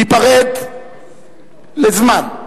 ניפרד לזמן,